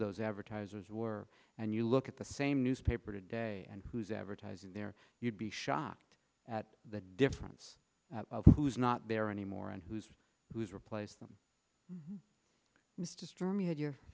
those advertisers were and you look at the same newspaper today and who's advertising there you'd be shocked at the difference of who's not there anymore and who's who's replacing them mr stern you had your